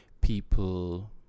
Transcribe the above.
people